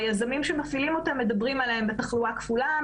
היזמים שמפעילים אותם מדברים עליהם בתחלואה כפולה,